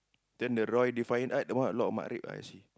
then the Roy defiant art that one a lot of matrep ah I see